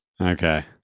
Okay